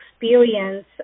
experience